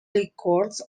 records